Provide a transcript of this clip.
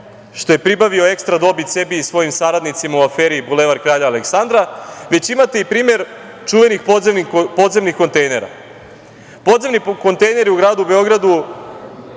što je pribavio ekstra dobit sebi i svojim saradnicima u aferi Bulevar Kralja Aleksandra, već imate i primer čuvenih podzemnih kontejnera. Podzemni kontejneri u gradu Beogradu